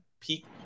peak